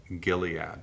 Gilead